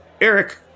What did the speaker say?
Eric